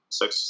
six